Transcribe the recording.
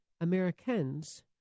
Americans